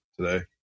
today